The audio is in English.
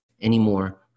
anymore